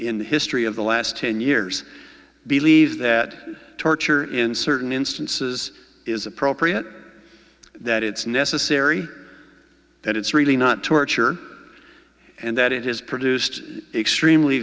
in the history of the last ten years believe that torture in certain instances is appropriate that it's necessary that it's really not torture and that it has produced extremely